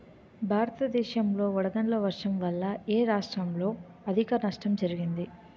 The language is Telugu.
భారతదేశం లో వడగళ్ల వర్షం వల్ల ఎ రాష్ట్రంలో అధిక నష్టం జరిగింది?